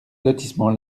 lotissement